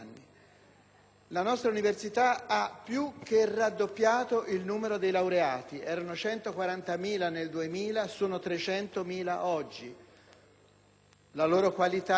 La nostra università ha più che raddoppiato il numero dei laureati. Erano 140.000 nel 2000 mentre oggi sono 300.000. La loro qualità è